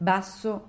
Basso